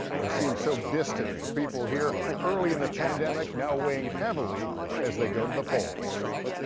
but seemed so distant for people here early in the pandemic now weighing heavily as they go to the polls.